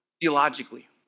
theologically